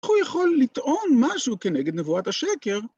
איך הוא יכול לטעון משהו כנגד נבואת השקר?